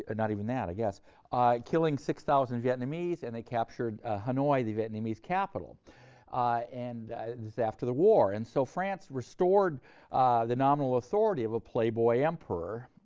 and not even that, i guess killing six thousand vietnamese, and they captured hanoi, the vietnamese capital and this is after the war. and, so, france restored the nominal authority of a playboy emperor,